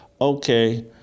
okay